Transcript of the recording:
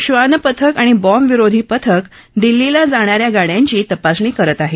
श्वान पथक आणि बॉम्ब विरोधी पथक दिल्लीला जाणा या गाड्यांची तपासणी करत आहेत